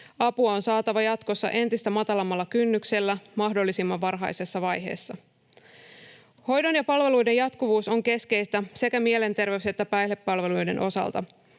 Apua on saatava jatkossa entistä matalammalla kynnyksellä mahdollisimman varhaisessa vaiheessa. Hoidon ja palveluiden jatkuvuus on keskeistä sekä mielenterveys- että päihdepalveluiden osalta.